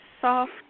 soft